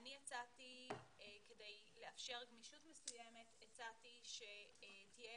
אני הצעתי, כדי לאפשר גמישות מסוימת, שתהיה